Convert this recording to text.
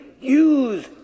use